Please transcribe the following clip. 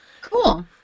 Cool